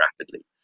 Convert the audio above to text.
rapidly